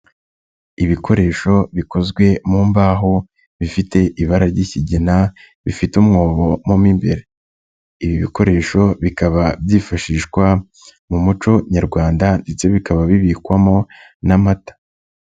Ibikoresho bikozwe mu mbaho, bifite ibara ry'ikigina, bifite umwobo mu imbere. Ibi bikoresho bikaba byifashishwa mu muco nyarwanda ndetse bikaba bibikwamo n'amata.